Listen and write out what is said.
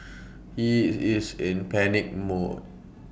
he is in panic mode